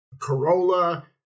Corolla